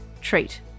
Treat